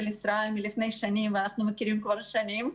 ישראל וייס מלפני שנים אנחנו מכירים שנים,